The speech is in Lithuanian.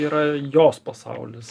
yra jos pasaulis